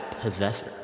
Possessor